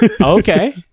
Okay